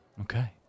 Okay